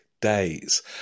days